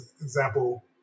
example